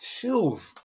chills